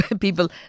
People